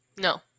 No